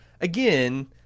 again